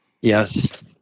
Yes